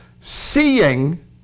Seeing